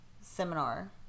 seminar